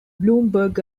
bloomberg